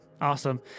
Awesome